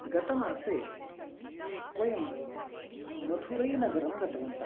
गतमासे वयं मधुरै नगरं गतवन्तः